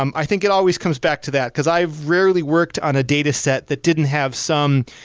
um i think it always comes back to that, because i've rarely worked on a dataset that didn't have some